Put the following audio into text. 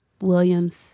Williams